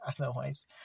otherwise